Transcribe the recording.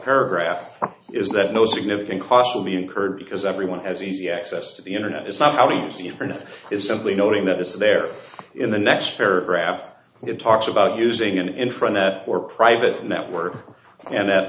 paragraph is that no significant cost of the incurred because everyone has easy access to the internet it's not how you see internet it's simply noting that it's there in the next spare graph it talks about using an internet or private network and that